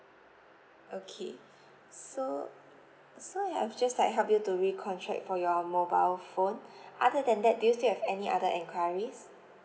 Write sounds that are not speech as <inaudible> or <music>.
okay so so I have just like help you to recontract for your mobile phone <breath> other than that do you still have any other enquiries